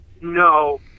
no